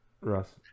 Russ